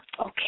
okay